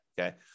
okay